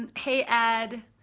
and hey ed,